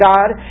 God